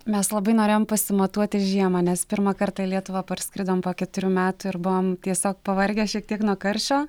mes labai norėjom pasimatuoti žiemą nes pirmą kartą į lietuvą parskridom po keturių metų ir buvom tiesiog pavargę šiek tiek nuo karščio